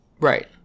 right